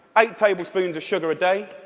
eight tablespoons of sugar a day.